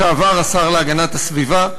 לשעבר השר להגנת הסביבה,